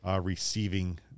receiving